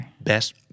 best